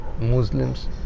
Muslims